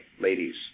ladies